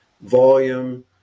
volume